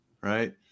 Right